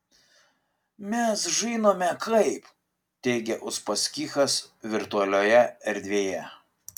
mes žinome kaip teigia uspaskichas virtualioje erdvėje